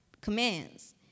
commands